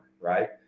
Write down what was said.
right